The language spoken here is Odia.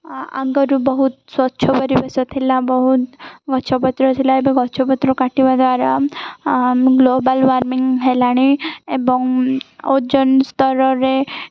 ଆ ଆଗରୁ ବହୁତ ସ୍ୱଚ୍ଛ ପରିବେଶ ଥିଲା ବହୁତ ଗଛପତ୍ର ଥିଲା ଏବେ ଗଛପତ୍ର କାଟିବା ଦ୍ୱାରା ଗ୍ଲୋବାଲ ୱାର୍ମିଂ ହେଲାଣି ଏବଂ ଓଜନ ସ୍ତରରେ